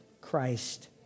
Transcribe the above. Christ